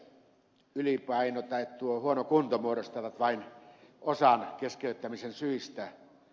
ylipaino tai huono kunto muodostavat vain osan keskeyttämisen syistä